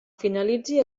finalitzi